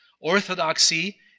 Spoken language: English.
Orthodoxy